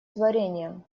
творением